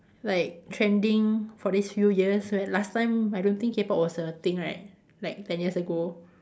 like trending for these few years like last time I don't think K-pop was a thing right like ten years ago